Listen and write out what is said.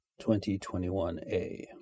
2021a